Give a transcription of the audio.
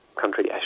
country